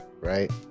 right